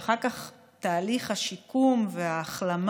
אחר כך תהליך השיקום וההחלמה,